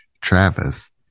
Travis